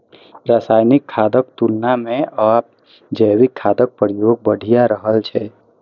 रासायनिक खादक तुलना मे आब जैविक खादक प्रयोग बढ़ि रहल छै